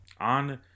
on